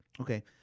Okay